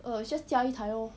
err it's just 加一台 lor